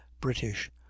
british